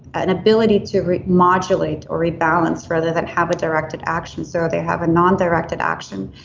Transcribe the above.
an ability to re-modulate or rebalance further that have a directed action. so they have a non-directed action.